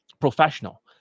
professional